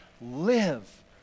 live